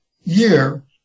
year